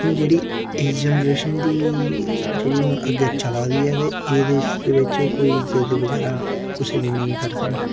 लेकिन जेह्ड़ी इस जनरेशन दी जेह्ड़ी हून अग्गै चला दी ऐ ते इसदे बिच्च कोई इज्जत बगैरा कुसै दी नेईं करदे न